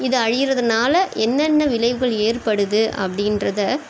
இது அழிகிறதுனால என்னென்ன விளைவுகள் ஏற்படுது அப்படின்றத